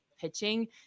pitching